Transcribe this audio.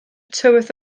tywydd